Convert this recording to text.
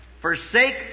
Forsake